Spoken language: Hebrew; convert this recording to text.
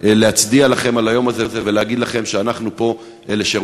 להצדיע לכם על היום הזה ולהגיד לכם שאנחנו פה לשירותכם.